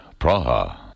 Praha